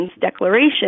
declaration